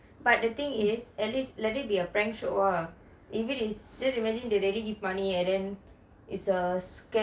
but the thing is at least let it be a prank show ah just imagine if they really give money and it's a scam organisation